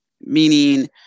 Meaning